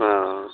ہاں